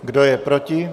Kdo je proti?